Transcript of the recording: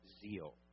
zeal